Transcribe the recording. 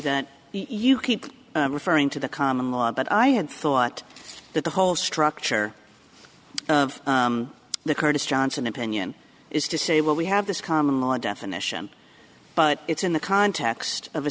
that you keep referring to the common law but i had thought that the whole structure of the curtis johnson opinion is to say well we have this common law definition but it's in the context of a